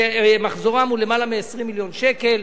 שמחזורם הוא למעלה מ-20 מיליון שקל.